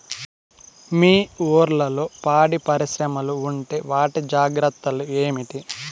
మీ ఊర్లలో పాడి పరిశ్రమలు ఉంటే వాటి జాగ్రత్తలు ఏమిటి